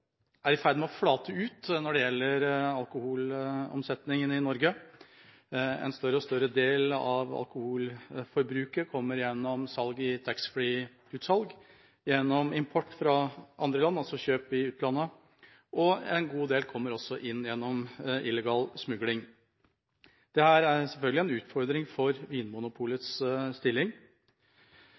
er i ferd med å flate ut når det gjelder alkoholomsetningen i Norge. En større og større del av alkoholforbruket kommer gjennom salget i taxfree-utsalg, gjennom import fra andre land – altså kjøp i utlandet – og en god del kommer også inn gjennom illegal smugling. Dette er selvfølgelig en utfordring for Vinmonopolets stilling.